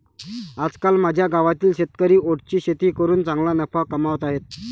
आजकाल माझ्या गावातील शेतकरी ओट्सची शेती करून चांगला नफा कमावत आहेत